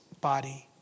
body